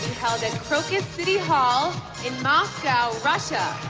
held at crocus city hall in moscow, russia.